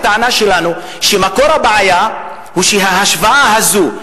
הטענה שלנו שמקור הבעיה הוא שההשוואה הזו,